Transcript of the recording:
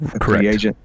correct